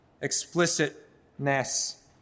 explicitness